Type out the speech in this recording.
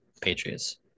Patriots